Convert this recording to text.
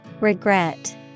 Regret